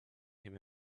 him